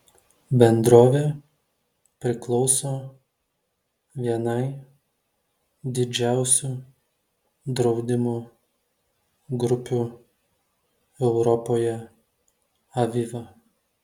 bendrovė priklauso vienai didžiausių draudimo grupių europoje aviva